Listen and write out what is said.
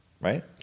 Right